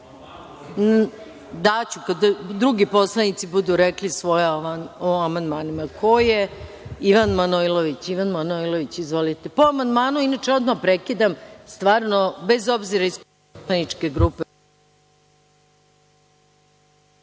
kada drugi poslanici budu rekli svoje o amandmanima. Ko je Ivan Manojlović? Ivan Manojlović. Izvolite. Po amandmanu inače odmah prekidam, stvarno, bez obzira iz koje poslaničke grupe